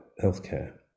healthcare